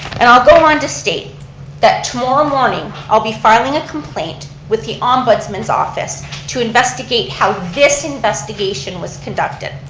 and i'll go on to state that tomorrow um morning i'll be filing a complaint with the ombudsman's office to investigate how this investigation was conducted.